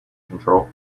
control